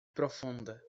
profunda